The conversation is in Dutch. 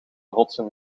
rotsen